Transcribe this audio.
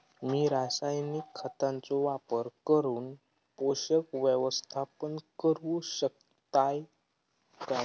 मी रासायनिक खतांचो वापर करून पोषक व्यवस्थापन करू शकताव काय?